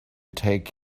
take